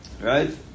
right